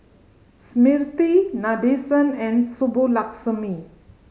Smriti Nadesan and Subbulakshmi